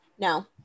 No